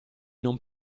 non